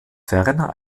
ferner